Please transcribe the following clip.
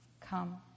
come